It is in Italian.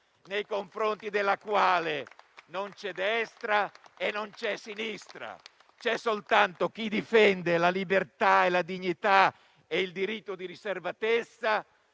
nei confronti della quale non c'è destra e non c'è sinistra, ma c'è soltanto chi difende la libertà, la dignità e il diritto di riservatezza,